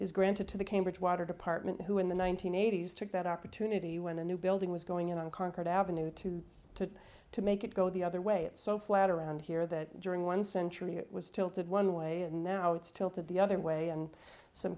is granted to the cambridge water department who in the one nine hundred eighty s took that opportunity when a new building was going on concord ave to to to make it go the other way it's so flat around here that during one century it was tilted one way and now it's tilted the other way and some